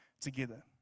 together